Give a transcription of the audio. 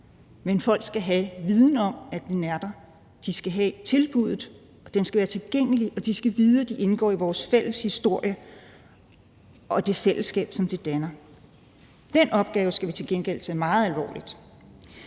Men folk skal have viden om, at den er der. De skal have tilbuddet. Den skal være tilgængelig, og de skal vide, at de indgår i vores fælles historie og det fællesskab, som den danner. Den opgave skal vi til gengæld tage meget alvorligt.